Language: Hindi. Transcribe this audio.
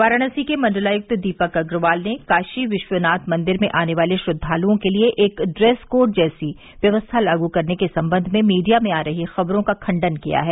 वाराणसी के मण्डलायुक्त दीपक अग्रवाल ने काशी विश्वनाथ मंदिर में आने वाले श्रद्वालुओं के लिए एक ड्रेस कोड जैसी व्यवस्था लागू करने के सम्बंध में मीडिया में आ रही खबरो का खण्डन किया है